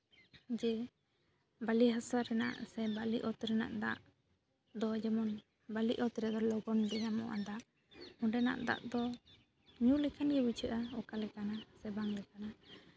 ᱡᱮ ᱵᱟᱹᱞᱤ ᱦᱟᱥᱟ ᱨᱮᱱᱟᱜ ᱥᱮ ᱵᱟᱹᱞᱤ ᱚᱛ ᱨᱮᱱᱟᱜ ᱫᱟᱜ ᱫᱚ ᱡᱮᱢᱚᱱ ᱵᱟᱹᱞᱤ ᱚᱛ ᱨᱮᱫᱚ ᱞᱚᱜᱚᱱ ᱜᱮ ᱧᱟᱢᱚᱜᱼᱟ ᱫᱟᱜ ᱚᱸᱰᱮᱱᱟᱜ ᱫᱟᱜ ᱫᱚ ᱧᱩ ᱞᱮᱠᱷᱟᱱ ᱜᱮ ᱵᱩᱡᱷᱟᱹᱜᱼᱟ ᱚᱠᱟ ᱞᱮᱠᱟᱱᱟ ᱥᱮ ᱵᱟᱝ ᱞᱮᱠᱟᱱᱟ